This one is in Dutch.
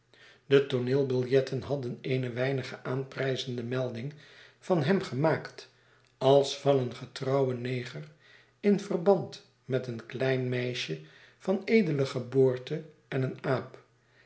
de tooneelbiljetten hadden eene weinig aanprijzende melding van hem gemaakt als van een getrouwen neger in verband met een klein meisje van edele geboorte en een aap